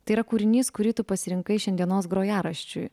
tai yra kūrinys kurį tu pasirinkai šiandienos grojaraščiui